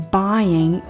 buying